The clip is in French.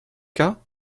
cas